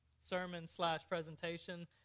sermon-slash-presentation